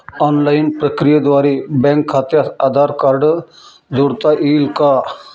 Online प्रक्रियेद्वारे bank खात्यास Aadhaar card जोडता येईल का?